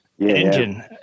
engine